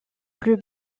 plus